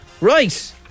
right